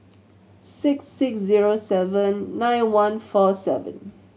six six zero seven nine one four seven